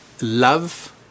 love